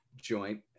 joint